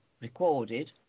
recorded